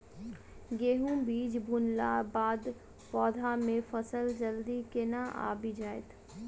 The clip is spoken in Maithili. गेंहूँ बीज बुनला बाद पौधा मे फसल जल्दी केना आबि जाइत?